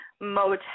motel